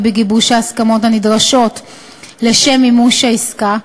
בגיבוש ההסכמות הנדרשות לשם מימוש העסקה,